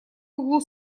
углу